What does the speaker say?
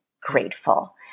grateful